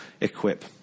equip